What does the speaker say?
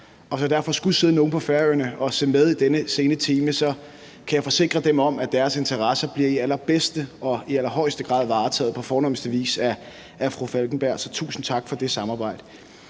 derfor skulle sidde nogle på Færøerne og se med i denne sene time, kan jeg forsikre dem om, at deres interesser på allerbedste måde og i allerhøjeste grad bliver varetaget på fornemste vis af fru Anna Falkenberg. Så tusind tak for det samarbejde.